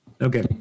Okay